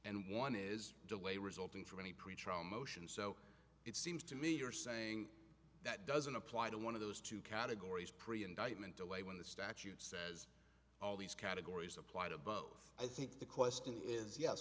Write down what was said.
and one is delay resulting from any pretrial motion so it seems to me you're saying that doesn't apply to one of those two categories pre indictment away when the statute says all these categories apply to both i think the question is yes